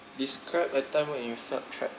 describe a time when you felt trapped